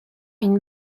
une